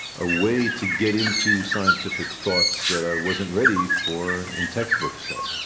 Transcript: a way to get into scientific thoughts that i wasn't ready for in textbooks, say, and